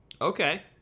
Okay